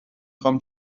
خوام